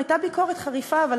הייתה ביקורת חריפה עליו,